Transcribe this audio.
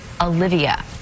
Olivia